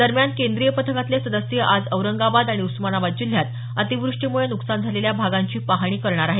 दरम्यान केंद्रीय पथकातले सदस्य आज औरंगाबाद आणि उस्मानाबाद जिल्हयात अतिवृष्टीमुळे नुकसान झालेल्या भागांची पाहणी करणार आहे